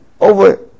over